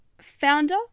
founder